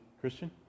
christian